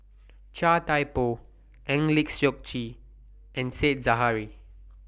Chia Thye Poh Eng Lee Seok Chee and Said Zahari